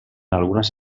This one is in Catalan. algunes